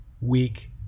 week